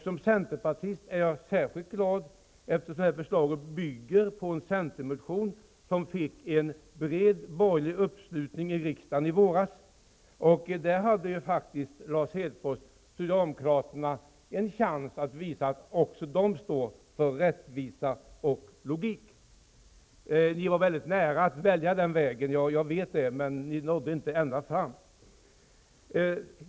Som centerpartist är jag särskilt glad, eftersom det här förslaget bygger på en centermotion som fick en bred borgerlig uppslutning i riksdagen i våras. Där hade faktiskt, Lars Hedfors, socialdemokraterna en chans att visa att de också står för rättvisa och logik. Ni var mycket nära att välja den vägen, jag vet det, men ni nådde inte ända fram.